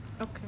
Okay